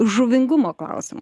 žuvingumo klausimą